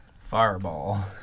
Fireball